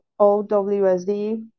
owsd